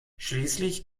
schließlich